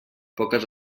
poques